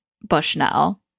Bushnell